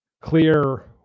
clear